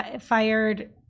fired